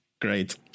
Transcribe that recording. Great